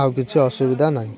ଆଉ କିଛି ଅସୁବିଧା ନାହିଁ